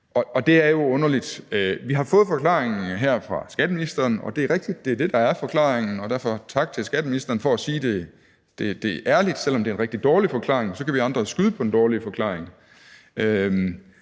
og det er jo underligt. Vi har fået forklaringen her fra skatteministeren, og det er rigtigt, at det er det, der er forklaringen, og derfor tak til skatteministeren for at sige det ærligt, selv om det er en rigtig dårlig forklaring, og så kan vi andre jo skyde på den dårlige forklaring.